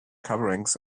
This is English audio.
coverings